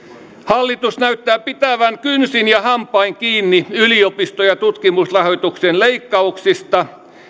hallitus näyttää pitävän kynsin ja hampain kiinni yliopisto ja tutkimusrahoituksen leikkauksista